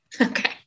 Okay